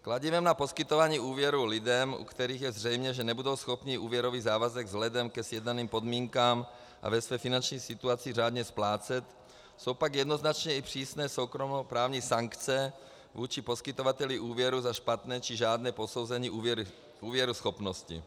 Kladivem na poskytování úvěru lidem, u kterých je zřejmé, že nebudou schopni úvěrový závazek vzhledem ke sjednaným podmínkám a ve své finanční situaci řádně splácet, jsou pak jednoznačně i přísné soukromoprávní sankce vůči poskytovateli úvěru za špatné či žádné posouzení úvěruschopnosti.